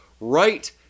right